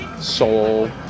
soul